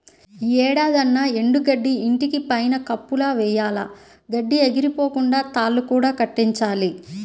యీ ఏడాదన్నా ఎండు గడ్డిని ఇంటి పైన కప్పులా వెయ్యాల, గడ్డి ఎగిరిపోకుండా తాళ్ళు కూడా కట్టించాలి